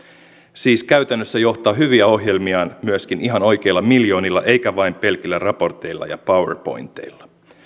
siis käytännössä johtaa hyviä ohjelmiaan myöskin ihan oikeilla miljoonilla eikä vain pelkillä raporteilla ja powerpointeilla